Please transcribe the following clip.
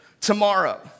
tomorrow